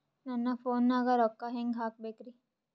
ನನ್ನ ಫೋನ್ ನಾಗ ರೊಕ್ಕ ಹೆಂಗ ಹಾಕ ಬೇಕ್ರಿ?